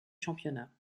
championnat